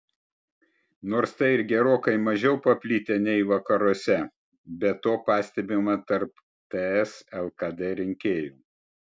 nors tai ir gerokai mažiau paplitę nei vakaruose bet to pastebima tarp ts lkd rinkėjų